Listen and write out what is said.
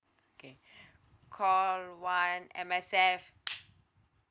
okay call one M_S_F